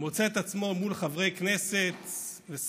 המוצא את עצמו מול חברי כנסת ושרים,